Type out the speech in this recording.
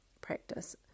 practice